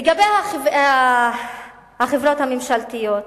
לגבי החברות הממשלתיות,